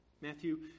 Matthew